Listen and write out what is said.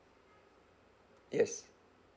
yes